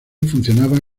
funcionaba